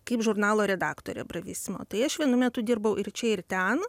kaip žurnalo redaktorė bravisimo tai aš vienu metu dirbau ir čia ir ten